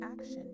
action